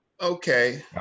Okay